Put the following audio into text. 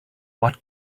what